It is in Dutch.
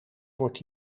wordt